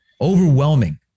Overwhelming